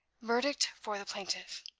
verdict for the plaintiff.